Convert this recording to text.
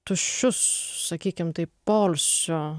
tuščius sakykim taip poilsio